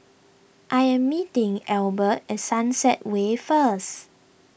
I am meeting Albert at Sunset Way first